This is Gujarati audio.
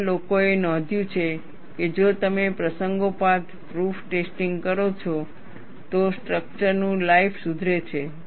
અને લોકોએ નોંધ્યું છે કે જો તમે પ્રસંગોપાત પ્રૂફ ટેસ્ટિંગ કરો છો તો સ્ટ્રક્ચરનું લાઈફ સુધરે છે